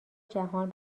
جهان